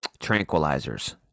tranquilizers